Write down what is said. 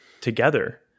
together